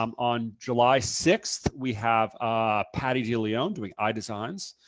um on july sixth we have ah paty de leon doing eye designs.